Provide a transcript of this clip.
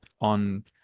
on